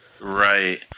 Right